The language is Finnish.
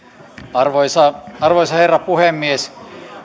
arvoisa arvoisa herra puhemies